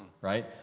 right